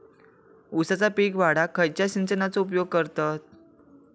ऊसाचा पीक वाढाक खयच्या सिंचनाचो उपयोग करतत?